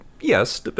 Yes